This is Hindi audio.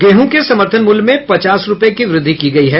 गेहूं के समर्थन मूल्य में पचास रुपये की वृद्धि की गयी है